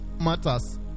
matters